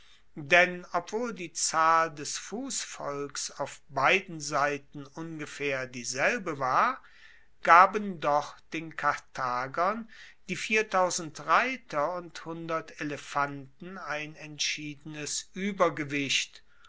denn obwohl die zahl des fussvolks auf beiden seiten ungefaehr dieselbe war gaben doch den karthagern die reiter und elefanten ein entschiedenes uebergewicht